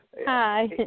Hi